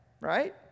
right